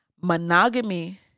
monogamy